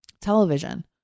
television